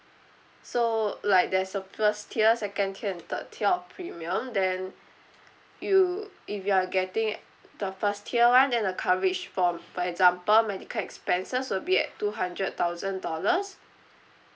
so like there's a first tier second tier and third tier of premium then you if you are getting the first tier one then the coverage from for example medical expenses will be at two hundred thousand dollars